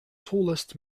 tallest